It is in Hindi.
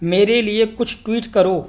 मेरे लिए कुछ ट्वीट करो